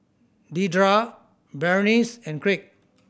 Dedra Berenice and Craig